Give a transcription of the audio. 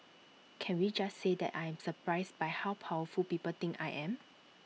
can we just say that I'm surprised by how powerful people think I am